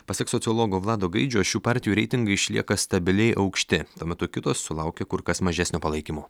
pasak sociologo vlado gaidžio šių partijų reitingai išlieka stabiliai aukšti tuo metu kitos sulaukė kur kas mažesnio palaikymo